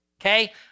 okay